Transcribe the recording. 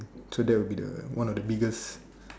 so that will be the one of the biggest